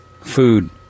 Food